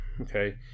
okay